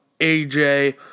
AJ